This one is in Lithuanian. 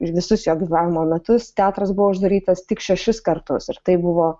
ir visus jo gyvavimo metus teatras buvo uždarytas tik šešis kartus ir tai buvo